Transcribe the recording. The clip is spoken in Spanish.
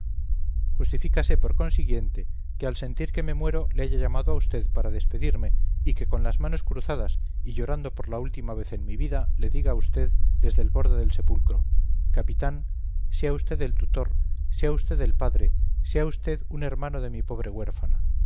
justifícase por consiguiente que al sentir que me muero le haya llamado a usted para despedirme y que con las manos cruzadas y llorando por la última vez en mi vida le diga a usted desde el borde del sepulcro capitán sea usted el tutor sea usted el padre sea usted un hermano de mi pobre huérfana